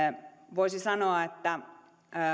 voisi sanoa että